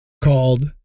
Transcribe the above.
called